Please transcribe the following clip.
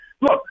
look